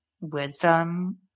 wisdom